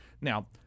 Now